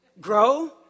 grow